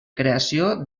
creació